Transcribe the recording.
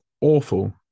awful